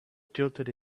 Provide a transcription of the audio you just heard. tilted